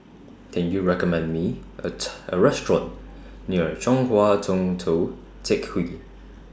Can YOU recommend Me A A Restaurant near Chong Hua Tong Tou Teck Hwee